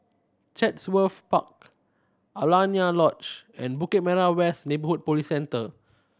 Chatsworth Park Alaunia Lodge and Bukit Merah West Neighbourhood Police Centre